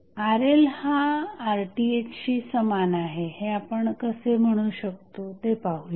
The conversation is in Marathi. RL हा RTh शी समान आहे हे आपण कसे म्हणू शकतो ते पाहूया